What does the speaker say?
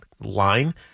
line